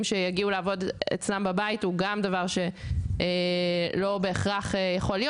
שיגיעו לעבוד אצלם בבית זה גם דבר שהוא לא בהכרח אפשרי.